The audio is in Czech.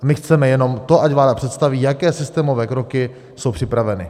My chceme jenom to, ať vláda představí, jaké systémové kroky jsou připraveny.